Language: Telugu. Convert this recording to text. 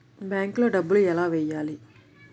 బ్యాంక్లో డబ్బులు ఎలా వెయ్యాలి?